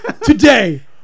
Today